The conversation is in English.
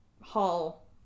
hall